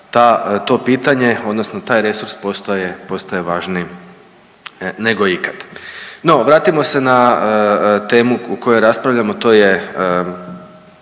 to pitanje odnosno taj resurs postaje, postaje važniji nego ikad. No, vratimo se na temu o kojoj raspravljamo to je